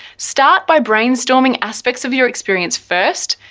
start by brainstorming aspects of your experience first,